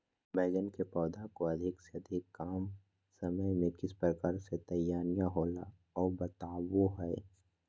बैगन के पौधा को अधिक से अधिक कम समय में किस प्रकार से तैयारियां होला औ बताबो है?